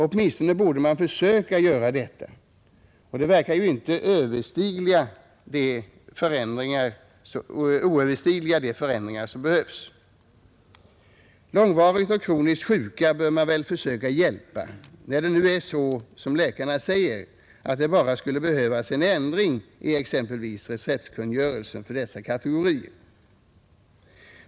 Åtminstone borde man försöka. De förändringar som behövs verkar ju inte innebära några oöverstigliga hinder. Man bör väl försöka hjälpa långvarigt och kroniskt sjuka, när det nu är så som läkarna säger att det bara skulle behövas en ändring i exempelvis receptkungörelsen för dessa kategorier.